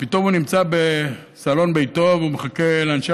ופתאום הוא נמצא בסלון ביתו ומחכה לאנשי